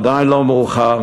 ועדיין לא מאוחר,